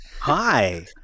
hi